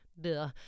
Duh